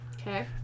Okay